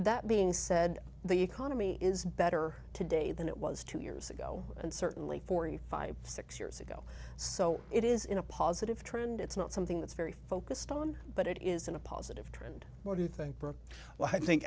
that being said the economy is better today than it was two years ago and certainly forty five six years ago so it is in a positive trend it's not something that's very focused on but it isn't a positive trend or do you think brooke well i think